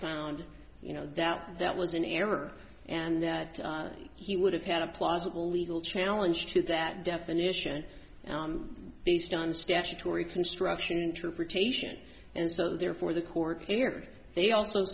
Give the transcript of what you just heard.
found you know that that was an error and that he would have had a plausible legal challenge to that definition based on statutory construction and troop rotation and so therefore the court here they also